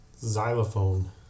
Xylophone